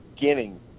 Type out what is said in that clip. beginning